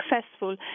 successful